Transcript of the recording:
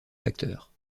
facteurs